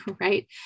Right